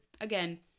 again